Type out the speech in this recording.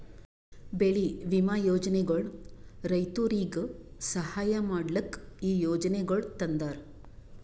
ಬೆಳಿ ವಿಮಾ ಯೋಜನೆಗೊಳ್ ರೈತುರಿಗ್ ಸಹಾಯ ಮಾಡ್ಲುಕ್ ಈ ಯೋಜನೆಗೊಳ್ ತಂದಾರ್